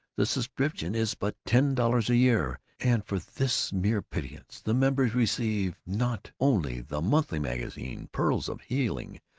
the subscription is but ten dollars a year, and for this mere pittance the members receive not only the monthly magazine, pearls of healing,